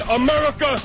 america